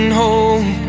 hope